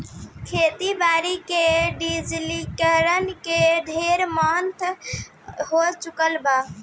खेती बारी में डिजिटलीकरण के ढेरे महत्व हो चुकल बा